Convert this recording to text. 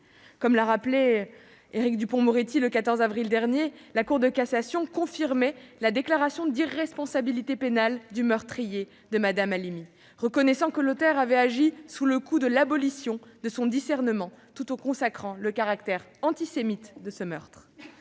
Comme l'a rappelé Éric Dupond-Moretti, le 14 avril dernier, la Cour de cassation confirmait la déclaration d'irresponsabilité pénale du meurtrier de Mme Halimi, reconnaissant que l'auteur avait agi sous le coup de l'abolition de son discernement, tout en consacrant le caractère antisémite de ce meurtre.